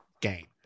game